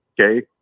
okay